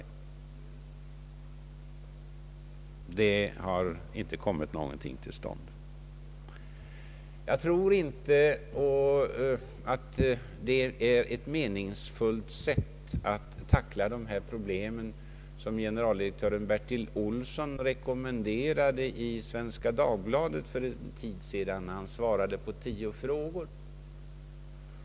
Något sådant har hittills inte kommit till stånd. Jag tror inte att generaldirektör Bertil Olssons rekommendation nyligen innebär något meningsfullt sätt att tackla dessa problem— Bertil Olsson svarade ju för en tid sedan i Svenska Dagbladet på Tio frågor.